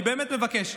אני באמת מבקש,